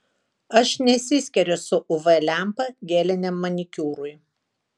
aš nesiskiriu su uv lempa geliniam manikiūrui